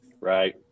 Right